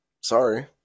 Sorry